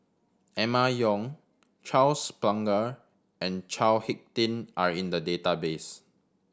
Emma Yong Charles Paglar and Chao Hick Tin are in the database